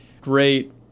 great